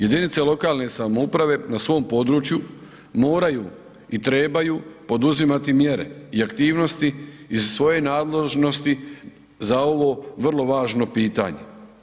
Jedinice lokalne samouprave na svom području moraju i trebaju poduzimati mjere i aktivnosti iz svoje nadležnosti za ovo vrlo važno pitanje.